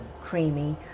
creamy